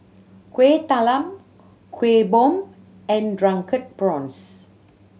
Kuih Talam Kuih Bom and Drunken Prawns